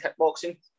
kickboxing